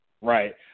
Right